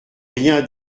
rien